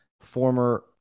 former